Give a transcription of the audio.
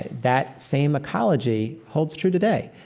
that same ecology holds true today.